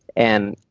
and